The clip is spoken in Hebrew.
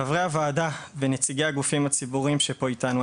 חברי הוועדה ונציגי הגופים הציבוריים שפה איתנו,